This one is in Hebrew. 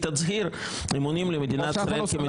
תצהיר אמונים למדינת ישראל כמדינה יהודית ודמוקרטית.